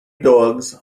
dogs